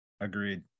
Agreed